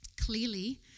Clearly